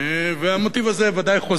המוטיב הזה ודאי חוזר.